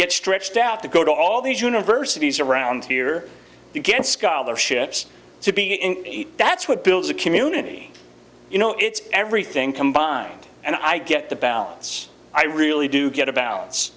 get stretched out to go to all these universities around here to get scholarships to be in that's what builds a community you know it's everything combined and i get the balance i really do get a balance